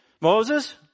Moses